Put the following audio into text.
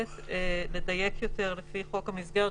היה צריך לדייק יותר לפי חוק המסגרת,